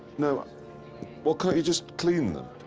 no. um well, can't you just clean them?